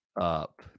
up